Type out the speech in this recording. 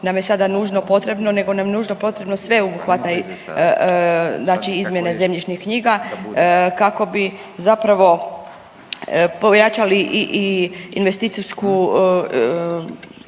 nam je sada nužno potrebno nego nam je nužno potrebno sveobuhvatna znači izmjena zemljišnih knjiga kako bi zapravo pojačali i investiciju,